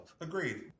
agreed